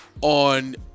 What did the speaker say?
on